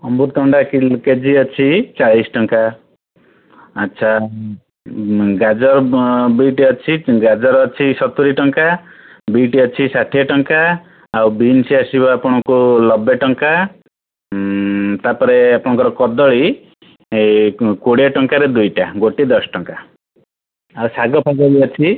ଅମୃତଭଣ୍ଡା କେଜି ଅଛି ଚାଳିଶ ଟଙ୍କା ଆଚ୍ଛା ଗାଜର ବିଟ୍ ଅଛି ଗାଜର ଅଛି ସତୁରି ଟଙ୍କା ବିଟ୍ ଅଛି ଷାଠିଏ ଟଙ୍କା ଆଉ ବିନ୍ସ୍ ଆସିବ ଆପଣଙ୍କୁ ନବେ ଟଙ୍କା ତା'ପରେ ଆପଣଙ୍କର କଦଳୀ କୋଡ଼ିଏ ଟଙ୍କାରେ ଦୁଇଟା ଗୋଟି ଦଶ ଟଙ୍କା ଆଉ ଶାଗ ଫାଗ ବି ଅଛି